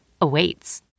awaits